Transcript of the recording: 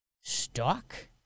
Stock